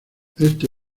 este